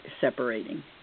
separating